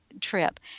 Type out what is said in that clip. trip